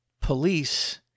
police